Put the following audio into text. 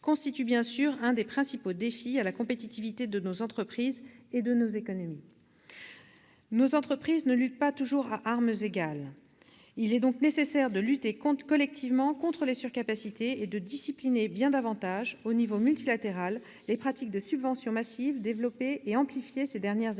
constitue bien sûr l'un des principaux défis posés à la compétitivité de nos entreprises et de nos économies. Nos entreprises ne luttent pas toujours à armes égales. Il est donc nécessaire de lutter collectivement contre les surcapacités et de discipliner bien davantage, au niveau multilatéral, les pratiques de subventions massives développées et amplifiées ces dernières années